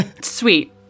Sweet